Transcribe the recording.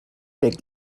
big